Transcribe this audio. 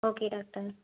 okay doctor